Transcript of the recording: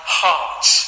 hearts